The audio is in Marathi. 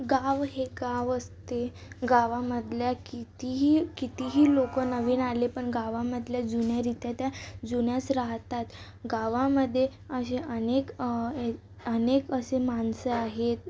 गाव हे गाव असते गावामधल्या कितीही कितीही लोक नवीन आले पण गावामधल्या जुन्या रिती त्या जुन्याच राहतात गावामध्ये हे अनेक एल अनेक असे माणसं आहेत